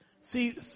See